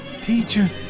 Teacher